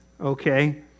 okay